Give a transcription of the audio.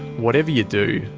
whatever you do,